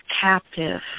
captive